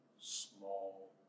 small